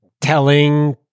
telling